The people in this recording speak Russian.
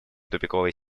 тупиковой